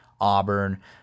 Auburn